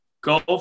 go